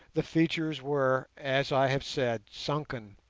the features were, as i have said, sunken,